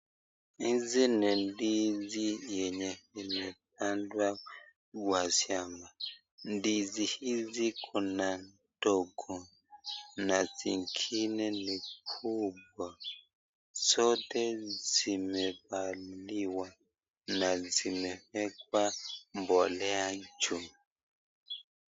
Hizi ni ndizi yenye imepandwa kwa shamba. Ndizi hizi kuna ndogo na zingine ni kubwa ,zote zimepaliliwa na zimewekwa mbolea juu.